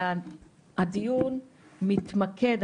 הדיון מתמקד,